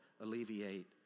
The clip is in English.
alleviate